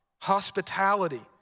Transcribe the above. Hospitality